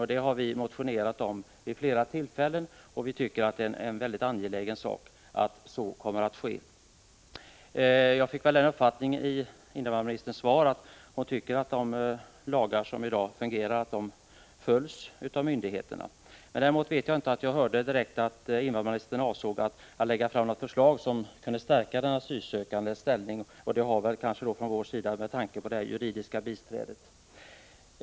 Vi tycker att det är mycket angeläget att en sådan rätt införs, och det har vi vid flera tillfällen motionerat om. Av invandrarministerns svar fick jag uppfattningen att hon tycker att de lagar som i dag finns följs av myndigheterna. Däremot hörde jag inte att invandrarministern avsåg att lägga fram något förslag som kunde stärka den asylsökandes ställning. Vi tänker då från vår sida kanske framför allt på förslaget om ett juridiskt biträde.